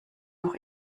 noch